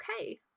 okay